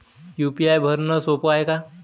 UPI भरनं सोप हाय का?